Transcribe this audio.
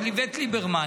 של איווט ליברמן.